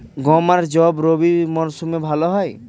গম আর যব কি রবি মরশুমে ভালো হয়?